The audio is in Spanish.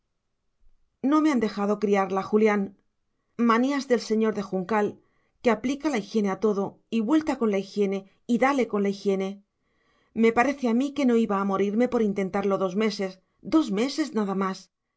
no me han dejado criarla julián manías del señor de juncal que aplica la higiene a todo y vuelta con la higiene y dale con la higiene me parece a mí que no iba a morirme por intentarlo dos meses dos meses nada más